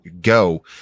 go